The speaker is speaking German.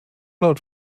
laut